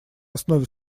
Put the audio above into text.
основе